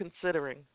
considering